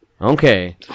Okay